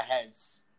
heads